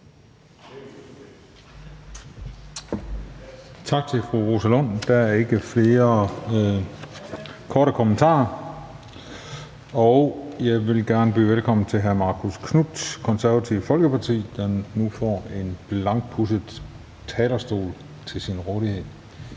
Tak til fru Rosa Lund. Der er ikke flere korte bemærkninger. Jeg vil gerne byde velkommen til hr. Marcus Knuth, Det Konservative Folkeparti, der nu får en blankpudset talerstol til sin rådighed.